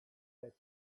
that